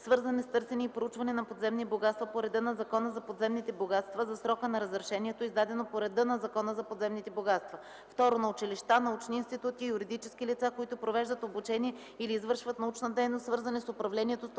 свързани с търсене и проучване на подземни богатства по реда на Закона за подземните богатства – за срока на разрешението, издадено по реда на Закона за подземните богатства; 2. на училища, научни институти и юридически лица, които провеждат обучение или извършват научна дейност, свързани с управлението,